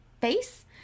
Face